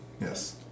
Yes